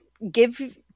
Give